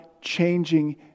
changing